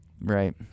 Right